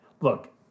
Look